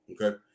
okay